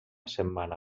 setmana